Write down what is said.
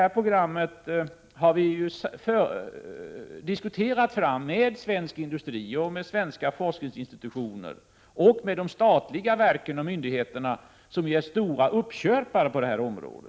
Detta program har vi diskuterat fram med svensk industri, med svenska forskningsinstitutioner och med de statliga verken och myndigheterna, som ju är stora uppköpare på detta område.